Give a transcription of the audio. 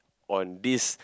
on this